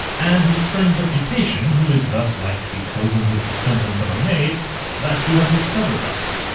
and his friend's reputation, who is thus like to be cozened with the semblance of a maid that you have discovered thus.